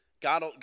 God